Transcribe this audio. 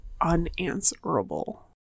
unanswerable